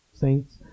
saints